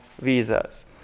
visas